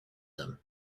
them